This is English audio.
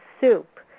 soup